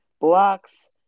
blocks